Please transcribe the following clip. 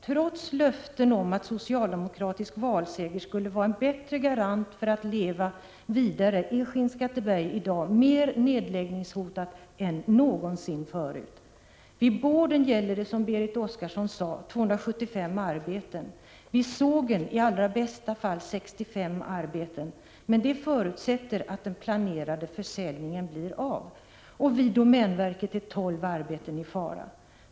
Trots löften om att socialdemokratisk valseger skulle vara en bättre garant för att leva vidare är Skinnskatteberg i dag mer nedläggningshotat än någonsin förut. Vid boardfabriken gäller det, som Berit Oscarsson sade, 275 arbeten, vid sågen i allra bästa fall 65 arbeten, men det förutsätter att den planerade försäljningen blir av. Och vid domänverket är 12 arbeten i fara.